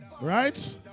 right